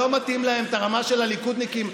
לא מתאימה להם הרמה של הליכודניקים.